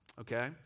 okay